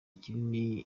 kinini